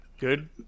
Good